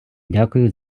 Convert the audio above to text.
дякую